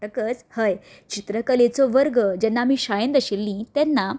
म्हणटकच हय चित्रकलेचो वर्ग जेन्ना आमी शाळेंत आशिल्लीं तेन्ना